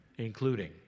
Including